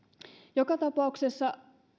joka tapauksessa